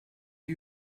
are